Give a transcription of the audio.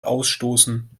ausstoßen